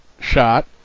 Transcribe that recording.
shot